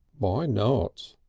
why not?